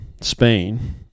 Spain